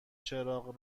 چراغ